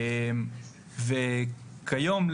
כיום,